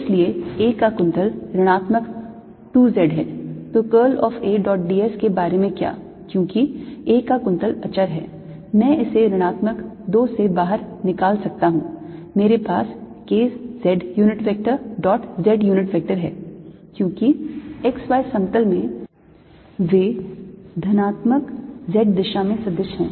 इसलिए A का कुंतल ऋणात्मक 2 z है तो curl of A dot d s के बारे में क्या क्योंकि A का कुंतल अचर है मैं इसे ऋणात्मक 2 से बाहर निकाल सकता हूं मेरे पास k z unit vector dot z unit vector है क्योंकि x y समतल में वे वेक्टर धनात्मक z दिशा में सदिश हैं